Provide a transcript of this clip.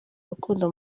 urukundo